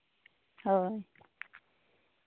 ᱦᱳᱭ